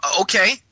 Okay